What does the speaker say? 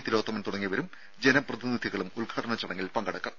തിലോത്തമൻ തുടങ്ങിയവരും ജനപ്രതിനിധികളും ഉദ്ഘാടന ചടങ്ങിൽ പങ്കെടുക്കും